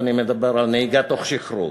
ואני מדבר על נהיגה בשכרות.